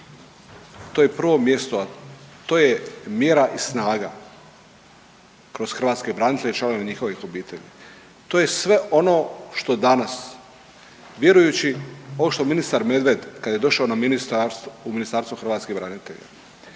to je prvo mjesto, to je mjera i snaga kroz hrvatske branitelje i rješavanje njihovih obitelji. To je sve ono što danas vjerujući ovo što ministar Medved kada je došao u Ministarstvo hrvatskih branitelja,